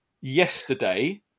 Yesterday